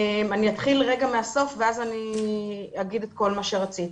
אני אתחיל מהסוף ואז אגיד את כל מה שרציתי.